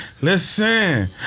Listen